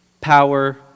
power